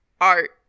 Art